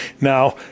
Now